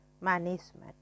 management